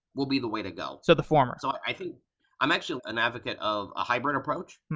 will be the way to go. so the format. so i think i'm actually an advocate of a hybrid approach,